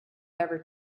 ever